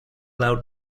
loud